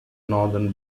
northern